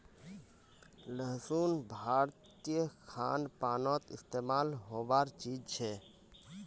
लहसुन भारतीय खान पानोत इस्तेमाल होबार चीज छे